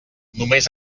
només